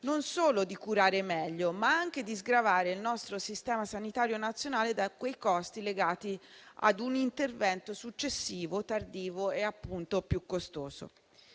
non solo di curare meglio, ma anche di sgravare il nostro sistema sanitario nazionale dai costi legati a un intervento successivo, tardivo e, appunto, più costoso.